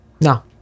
No